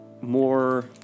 more